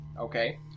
Okay